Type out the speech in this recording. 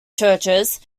churches